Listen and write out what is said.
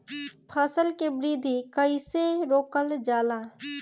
फसल के वृद्धि कइसे रोकल जाला?